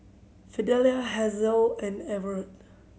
Fidelia Hazel and Everet